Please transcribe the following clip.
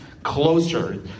Closer